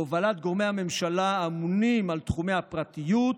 בהובלת גורמי הממשלה האמונים על תחומי הפרטיות,